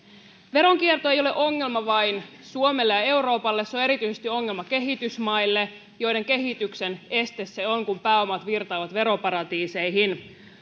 veronkierto ei ole ongelma vain suomelle ja euroopalle se on erityisesti ongelma kehitysmaille joiden kehityksen este se on kun pääomat virtaavat veroparatiiseihin